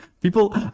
people